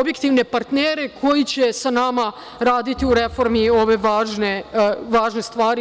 objektivne partnere koji će sa nama raditi u reformi ove važne stvari.